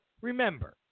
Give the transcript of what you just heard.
remember